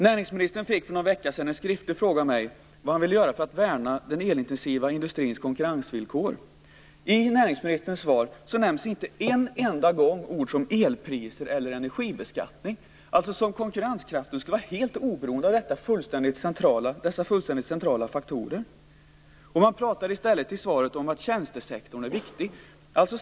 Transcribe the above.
Näringsministern fick för någon vecka sedan en skriftlig fråga från mig om vad han ville göra för att värna den elintensiva industrins konkurrensvillkor. I näringsministerns svar nämns inte en enda gång ord som elpriser eller energibeskattning, som om konkurrenskraften skulle vara helt oberoende av dessa fullständigt centrala faktorer. Man pratar i stället i svaret om att tjänstesektorn är viktig.